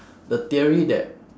the theory that